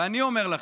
אני אומר לכם,